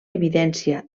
evidència